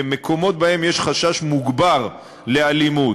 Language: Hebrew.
במקומות שבהם יש חשש מוגבר לאלימות,